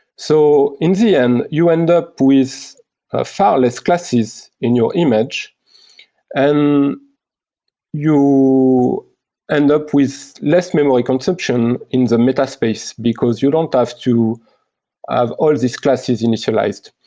so in the end, you end up with far less classes in your image and you end up with less memory consumption in the meta space, because you don't have to ah have all these classes initialized.